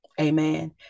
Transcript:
Amen